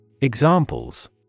Examples